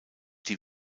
die